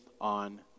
on